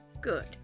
Good